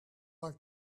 like